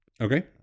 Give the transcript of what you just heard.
Okay